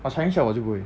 ah chinese chess 我就不会